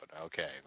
Okay